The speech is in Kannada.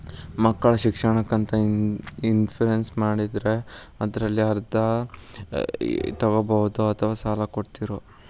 ಮಕ್ಕಳ ಶಿಕ್ಷಣಕ್ಕಂತ ಇನ್ವೆಸ್ಟ್ ಮಾಡಿದ್ದಿರಿ ಅದರಲ್ಲಿ ಅರ್ಧ ತೊಗೋಬಹುದೊ ಅಥವಾ ಸಾಲ ಕೊಡ್ತೇರೊ?